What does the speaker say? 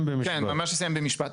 אסיים משפט.